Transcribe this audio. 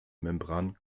membran